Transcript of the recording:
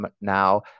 now